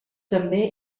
també